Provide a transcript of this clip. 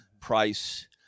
Price